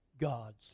God's